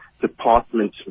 department